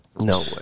No